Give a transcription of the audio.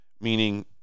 Meaning